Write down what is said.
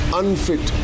unfit